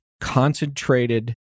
concentrated